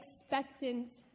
expectant